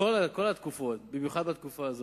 בכל התקופות, ובייחוד בתקופה הזאת.